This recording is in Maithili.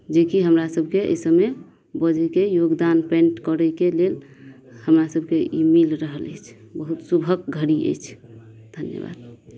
जेकि हमरा सबके अइ सबमे बजै के योगदान पेंट करय के लेल हमरा सबके ई मिल रहल अइछ बहुत सुभक घड़ी अइछ धन्यवाद